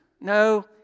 No